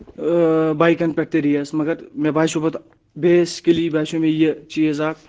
اۭں اۭں بایکَن پؠٹھ تہِ ریس مگر مےٚ باسیٚو پَتہٕ بیسِکلی باسیٚو مےٚ یہِ چیٖز اکھ